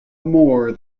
more